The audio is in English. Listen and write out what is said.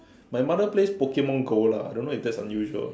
my mother plays Pokemon Go lah don't know if that's unusual or not